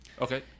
Okay